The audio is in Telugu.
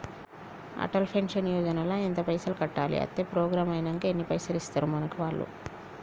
అటల్ పెన్షన్ యోజన ల ఎంత పైసల్ కట్టాలి? అత్తే ప్రోగ్రాం ఐనాక ఎన్ని పైసల్ ఇస్తరు మనకి వాళ్లు?